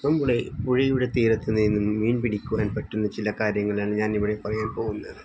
ഇപ്പം പുഴ പുഴയുടെ തീരത്ത് നിന്നും മീൻ പിടിക്കുവാൻ പറ്റുന്ന ചില കാര്യങ്ങളാണ് ഞാൻ ഇവിടെ പറയാൻ പോകുന്നത്